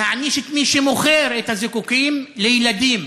להעניש את מי שמוכר את הזיקוקים לילדים.